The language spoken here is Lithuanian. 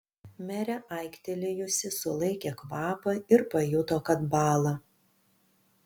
merė aiktelėjusi sulaikė kvapą ir pajuto kad bąla